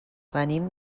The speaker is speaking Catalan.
venim